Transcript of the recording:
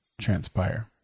transpire